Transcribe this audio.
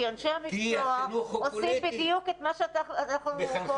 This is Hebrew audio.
כי אנשי המקצוע עושים בדיוק את מה שאנחנו פה מעירים.